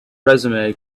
resume